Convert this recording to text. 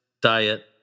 diet